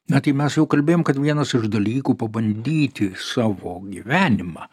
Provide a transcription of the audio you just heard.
na tai mes jau kalbėjom kad vienas iš dalykų pabandyti savo gyvenimą